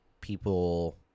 people